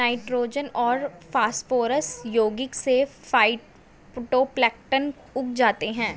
nitrogen और phosphorus यौगिक से फाइटोप्लैंक्टन उग जाते है